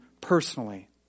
personally